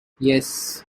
yes